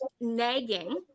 nagging